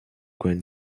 gran